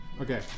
Okay